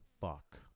fuck